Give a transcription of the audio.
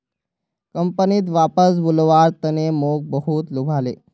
कंपनीत वापस बुलव्वार तने मोक बहुत लुभाले